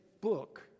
book